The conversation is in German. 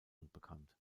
unbekannt